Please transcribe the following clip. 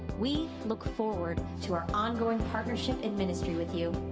we look forward to our hongoing partnership and ministry with you,